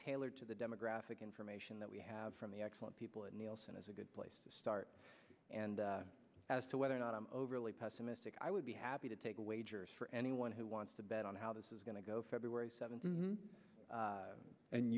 tailored to the demographic information that we have from the excellent people at nielsen is a good place to start and as to whether or not i'm overly pessimistic i would be happy to take a wager for anyone who wants to bet on how this is going to go february seventh